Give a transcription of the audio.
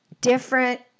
different